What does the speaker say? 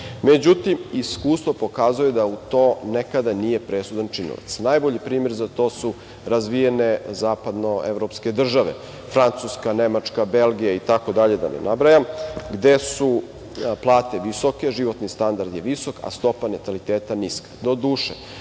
Međutim, iskustvo pokazuje da to nekada nije presudan činilac. Najbolji primer za to su razvijene zapadnoevropske države, Francuska, Nemačka, Belgija itd, da ne nabrajam, gde su plate visoke, životni standard je visok, a stopa nataliteta niska.